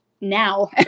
Now